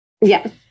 Yes